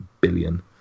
billion